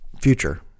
future